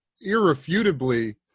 irrefutably